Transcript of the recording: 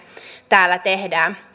täällä teemme